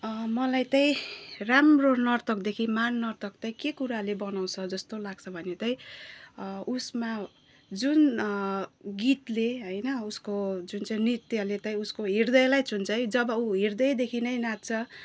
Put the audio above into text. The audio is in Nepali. मलाई चाहिँ राम्रो नर्तकदेखि महान नर्तक चाहिँ के कुराले बनाउँछ जस्तो लाग्छ भने चाहिँ उसमा जुन गीतले होइन उसको जुन चाहिँ नृत्यले चाहिँ उसको हृदयलाई छुन्छ है जब ऊ हृदयदेखि नै नाच्छ